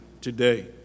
today